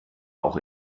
auch